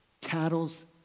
cattle's